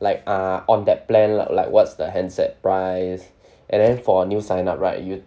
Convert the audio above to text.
like ah on that plan like like what's the handset price and then for new sign up right you'd